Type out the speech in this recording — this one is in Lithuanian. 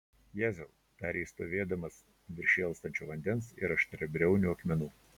jėzau tarė jis stovėdamas virš šėlstančio vandens ir aštriabriaunių akmenų